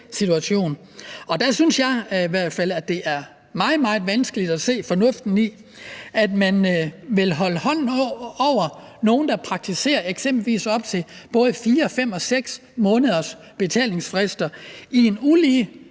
situation. Der synes jeg i hvert fald, at det er meget, meget vanskeligt at se fornuften i, at man vil holde hånden over nogle, der praktiserer eksempelvis op til både 4, 5 og 6 måneders betalingsfrister i en ulige,